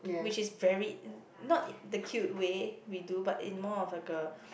which is very not in the cute way we do but in more of like a